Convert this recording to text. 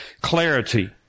clarity